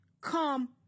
come